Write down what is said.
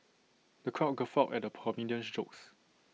the crowd guffawed at the comedian's jokes